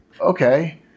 Okay